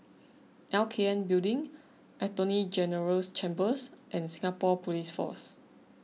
L K N Building Attorney General's Chambers and Singapore Police Force